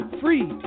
free